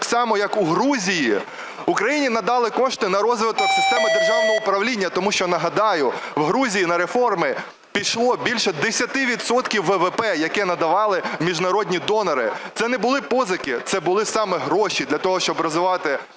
так само, як у Грузії, Україні надали кошти на розвиток системи державного управління, тому що, нагадаю, в Грузії на реформи пішло більше 10 відсотків ВВП, яке надавали міжнародні донори. Це не були позики, це були саме гроші для того, щоб розвивати